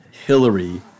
Hillary